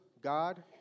God